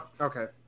Okay